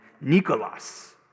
Nicholas